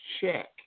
check